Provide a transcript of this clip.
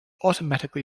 automatically